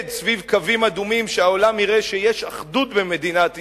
סביב קווים אדומים כדי שהעולם יראה שיש אחדות במדינת ישראל,